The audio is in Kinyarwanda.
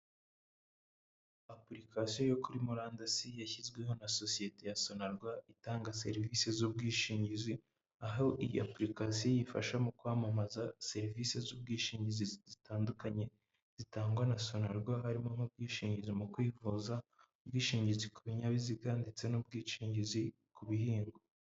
Application yo kuri murandasi yashyizweho na sosiyete ya Sonarwa itanga serivisi z'ubwishingizi, aho iyo application ifasha mu kwamamaza serivisi z'ubwishingizi zitandukanye zitangwa na Sonarwa harimo nk'ubwishingizi mu kwivuza, ubwishingizi ku binyabiziga ndetse n'ubwishingizi ku bihingwa.